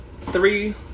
three